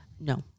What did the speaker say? No